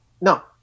no